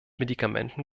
medikamenten